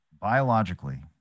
biologically